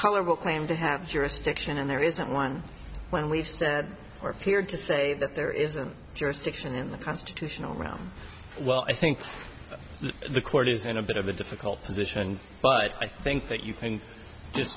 colorable claim to have jurisdiction and there isn't one when we've said or appeared to say that there is a jurisdiction in the constitutional round well i think the court is in a bit of a difficult position but i think that you can just